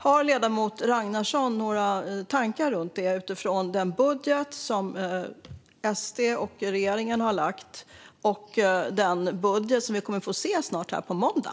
Har ledamoten Ragnarsson några tankar om detta utifrån den budget som SD och regeringen har lagt och den vårbudget som vi kommer att få se på måndag?